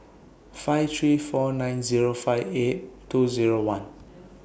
five three four nine five eight two Zero one